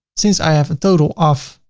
since i have a total of